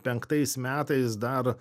penktais metais dar